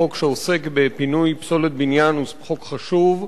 החוק שעוסק בפינוי פסולת בניין הוא חוק חשוב,